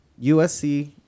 USC